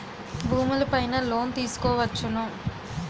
భూములు పైన లోన్ తీసుకోవచ్చును